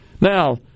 Now